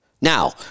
Now